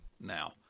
now